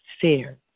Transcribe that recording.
fear